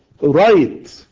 right